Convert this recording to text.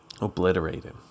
obliterated